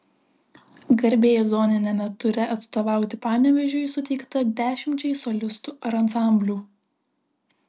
garbė zoniniame ture atstovauti panevėžiui suteikta dešimčiai solistų ar ansamblių